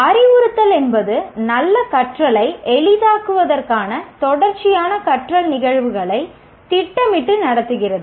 அறிவுறுத்தல் என்பது நல்ல கற்றலை எளிதாக்குவதற்காக தொடர்ச்சியான கற்றல் நிகழ்வுகளை திட்டமிட்டு நடத்துகிறது